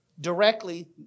directly